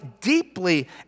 deeply